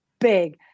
big